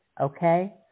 Okay